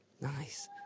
Nice